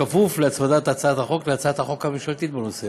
בכפוף להצמדת הצעת החוק להצעת החוק הממשלתית בנושא.